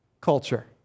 culture